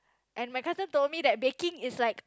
and my cousin told me that baking is like